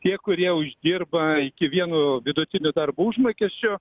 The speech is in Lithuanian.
tie kurie uždirba iki vieno vidutinio darbo užmokesčio